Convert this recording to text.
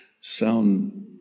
sound